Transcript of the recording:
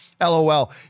LOL